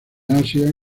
asia